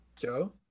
joe